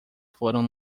foram